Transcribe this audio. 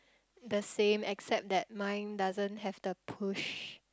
the same except that mine doesn't have the push